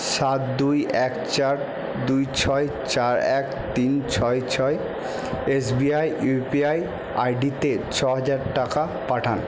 সাত দুই এক চার দুই ছয় চার এক তিন ছয় ছয় এসবিআই ইউ পি আই আইডিতে ছহাজার টাকা পাঠান